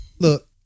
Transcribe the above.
Look